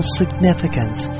significance